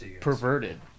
perverted